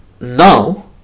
Now